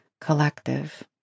collective